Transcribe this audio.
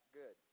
good